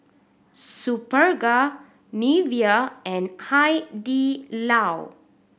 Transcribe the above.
Superga Nivea and Hai Di Lao